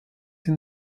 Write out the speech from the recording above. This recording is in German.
sie